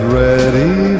ready